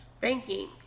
banking